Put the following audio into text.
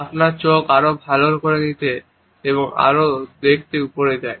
আপনার চোখ আরও আলো নিতে এবং আরও দেখতে উপরে যায়